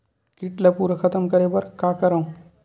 कीट ला पूरा खतम करे बर का करवं?